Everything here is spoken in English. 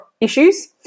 issues